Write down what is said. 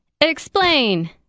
Explain